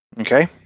okay